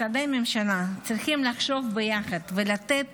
משרדי הממשלה צריכים לחשוב ביחד ולתת